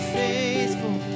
faithful